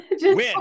win